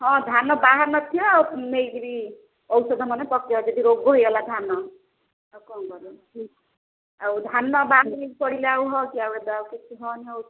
ହଁ ଧାନ ବାହାରି ନଥିବ ଆଉ ନେଇକରି ଔଷଧ ମାନେ ପକେଇବା ଯଦି ରୋଗ ହୋଇଗଲା ଧାନ ଆଉ କ'ଣ କରିବ ଆଉ ଧାନ ବାହାର ପଡ଼ିଲା ଆଉ ହେବ କି ଏବେ ଆଉ କିଛି ହେବନି ଔଷଧ